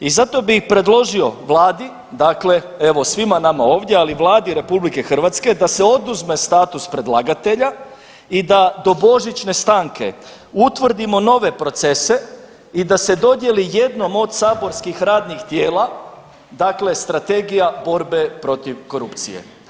I zato bi i predložio vladi dakle evo svima nama ovdje, ali Vladi RH da se oduzme status predlagatelja i da do božićne stanke utvrdimo nove procese i da se dodijeli jednom od saborskih radnih tijela, dakle strategija borbe protiv korupcije.